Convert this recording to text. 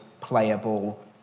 playable